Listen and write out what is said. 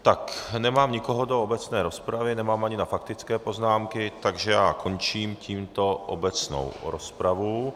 Tak nemám nikoho do obecné rozpravy, nemám ani na faktické poznámky, takže končím tímto obecnou rozpravu.